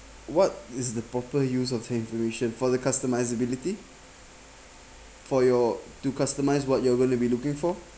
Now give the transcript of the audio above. what is the proper use of information for the customised ability for your to customise what you're going to be looking for